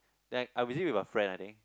then I visit with a friend I think